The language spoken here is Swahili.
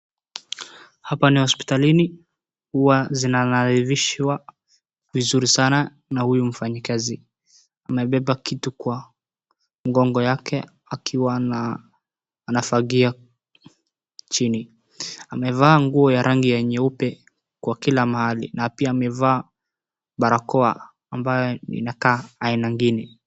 Hapa ni hospitalini huwa zinanadhifishwa vizuri sana na huyu mfanyakazi. Amebeba kitu kwa mgongo yake akiwa na anafangia chini. Amevaa nguo ya rangi ya nyeupe kwa kila mahali, na pia amevaa barakoa ambayo inakaa aina ingine.